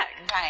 Right